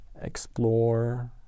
explore